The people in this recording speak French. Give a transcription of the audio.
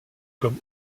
comme